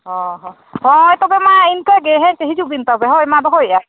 ᱦᱮᱸ ᱦᱳᱭ ᱛᱚᱵᱮ ᱢᱟ ᱤᱱᱠᱟᱹ ᱜᱮ ᱦᱮᱸ ᱥᱮ ᱦᱤᱡᱩᱜ ᱵᱤᱱ ᱛᱚᱵᱮ ᱦᱳᱭ ᱢᱟ ᱫᱚᱦᱚᱭᱮᱜᱼᱟ ᱞᱤᱧ